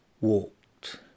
walked